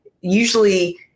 usually